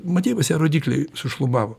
motyvuose rodikliai sušlubavo